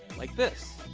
like this.